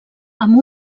amb